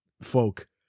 folk